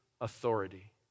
authority